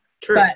True